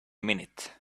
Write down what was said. minute